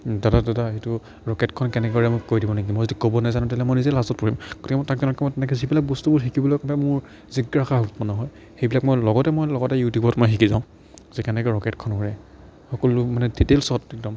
দাদা দাদা সেইটো ৰকেটখন কেনেকৈ উৰে মোক কৈ দিব নেকি মই যদি ক'ব নেজানোঁ তেতিয়াহ'লে মই নিজেই লাজত পৰিম গতিকে তাক তেনেকৈ মই কওঁ যে যিবিলাক বস্তুবোৰ শিকিবলৈ হ'লে মোৰ জিজ্ঞাসা উৎপন্ন হয় সেইবিলাক মই লগতে মই লগতে ইউটিউবত মই শিকি যাওঁ যে কেনেকৈ ৰকেটখন উৰে সকলো মানে ডিটেইলচট একদম